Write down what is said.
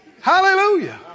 Hallelujah